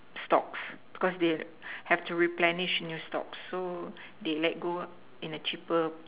stocks because they have to replenish new stocks so they let go in a cheaper